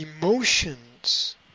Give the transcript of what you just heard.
Emotions